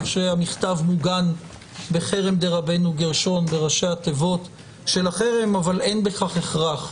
שהמכתב מוגן בראשי התיבות של החרם אך אין בכך הכרח.